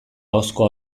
ahozko